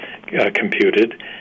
computed